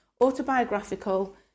autobiographical